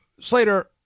Slater